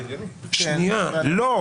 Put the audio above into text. --- לא,